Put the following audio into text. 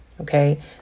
Okay